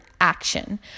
action